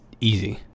easy